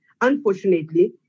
Unfortunately